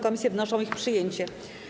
Komisje wnoszą o ich przyjęcie.